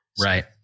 Right